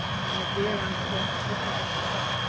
my dear uncle, replied hassak,